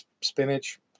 spinach